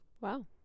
Wow